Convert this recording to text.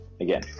Again